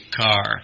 car